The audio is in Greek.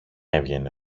έβγαινε